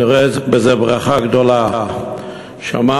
אני רואה בזה ברכה גדולה.